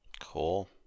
Cool